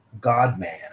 God-man